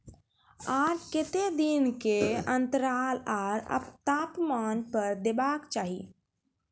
आर केते दिन के अन्तराल आर तापमान पर देबाक चाही?